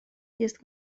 jest